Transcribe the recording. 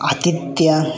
ᱟᱛᱤᱛᱛᱚ